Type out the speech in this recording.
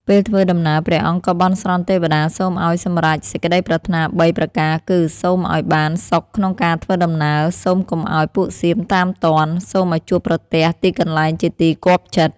ពេលធ្វើដំណើរ ព្រះអង្គក៏បន់ស្រន់ទេវតាសូម ឱ្យសម្រេចសេចក្តីប្រាថ្នា ៣ ប្រការគឺ សូមឱ្យបានសុខក្នុងការធ្វើដំណើរ សូមកុំឱ្យពួកសៀមតាមទាន់ សូមឱ្យជួបប្រទះទីកន្លែងជាទីគាប់ចិត្ត។